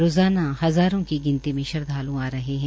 रोज़ाना हज़ारों गिनती में श्रद्वाल् आ रहे है